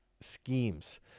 schemes